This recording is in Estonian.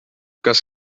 kas